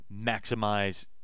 maximize